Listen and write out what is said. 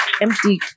empty